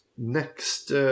next